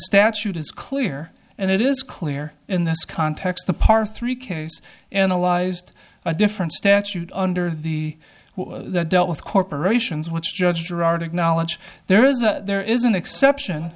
statute is clear and it is clear in this context the part three cases analyzed a different statute under the belt with corporations which judge gerard acknowledge there is a there is an exception